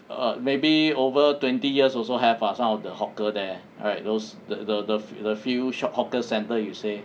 err maybe over twenty years also have ah some of the hawker there right those the the the the few shops hawker centre you say